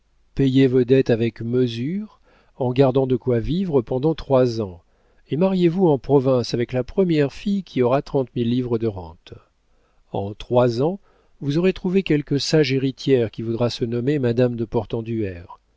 payez vos dettes avec mesure en gardant de quoi vivre pendant trois ans et mariez-vous en province avec la première fille qui aura trente mille livres de rentes en trois ans vous aurez trouvé quelque sage héritière qui voudra se nommer madame de